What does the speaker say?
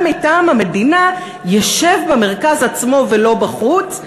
מטעם המדינה ישב במרכז עצמו ולא בחוץ.